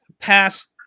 past